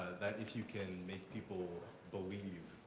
that if you can make people believe